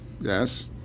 Yes